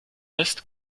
ist